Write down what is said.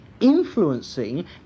influencing